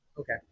Okay